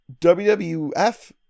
WWF